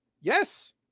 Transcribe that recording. Yes